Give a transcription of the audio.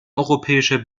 europäischer